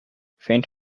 faint